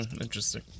Interesting